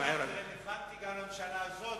רלוונטי גם לממשלה הזו,